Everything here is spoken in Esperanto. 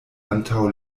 antaŭ